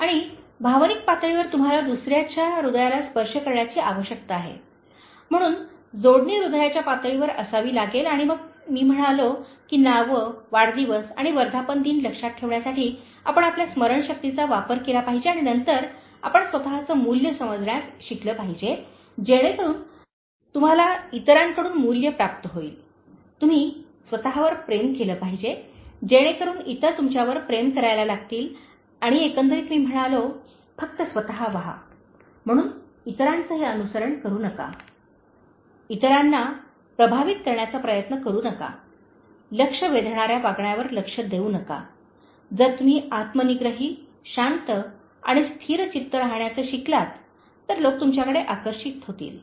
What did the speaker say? आणि भावनिक पातळीवर तुम्हाला दुसर्याच्या हृदयाला स्पर्श करण्याची आवश्यकता आहे म्हणून जोडणी हृदयाच्या पातळीवर असावी लागेल आणि मग मी म्हणालो की नावे वाढदिवस आणि वर्धापनदिन लक्षात ठेवण्यासाठी आपण आपल्या स्मरणशक्तीचा वापर केला पाहिजे आणि नंतर आपण स्वतःचे मूल्य समजण्यास शिकले पाहिजे जेणेकरुन तुम्हाला इतरांकडून मूल्य प्राप्त होईल तुम्ही स्वतःवर प्रेम केले पाहिजे जेणेकरून इतर तुमच्यावर प्रेम करायला लागतील आणि एकंदरीत मी म्हणालो फक्त स्वत व्हा म्हणून इतरांचेही अनुकरण करू नका इतरांना प्रभावित करण्याचा प्रयत्न करू नका लक्ष वेधणाऱ्या वागण्यावर लक्ष देऊ नका जर तुम्ही आत्म निग्रही शांत आणि स्थिरचित्त राहण्याचे शिकलात तर लोक तुमच्याकडे आकर्षित होतील